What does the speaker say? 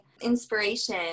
inspiration